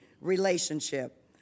relationship